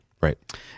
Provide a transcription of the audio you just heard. right